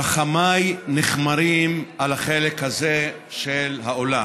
רחמי נכמרים על החלק הזה של האולם,